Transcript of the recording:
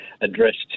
addressed